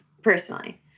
Personally